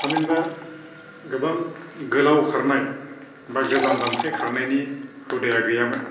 थामहिनबा गोबां गोलाव खारनाय बा गोजान जानथाय खारनायनि हुदाया गैयामोन